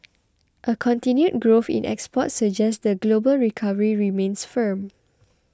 a continued growth in exports suggest the global recovery remains firm